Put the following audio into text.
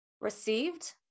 received